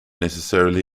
necessarily